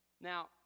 Now